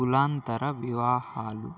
కులాంతర వివాహాలు